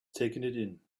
taking